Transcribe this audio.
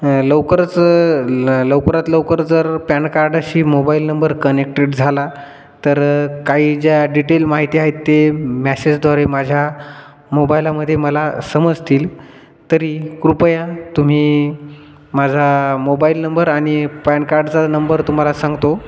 लवकरच लवकरात लवकर जर पॅन कार्ड अशी मोबाईल नंबर कनेक्टेड झाला तर काही ज्या डिटेल माहिती आहेत ते मॅसेजद्वारे माझ्या मोबाईलामध्ये मला समजतील तरी कृपया तुम्ही माझा मोबाईल नंबर आणि पॅन कार्डचा नंबर तुम्हाला सांगतो